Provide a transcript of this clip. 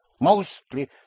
Mostly